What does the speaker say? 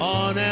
on